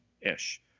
ish